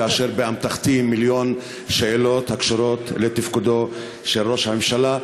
כאשר באמתחתי מיליון שאלות הקשורות לתפקודו של ראש הממשלה,